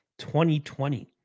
2020